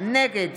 נגד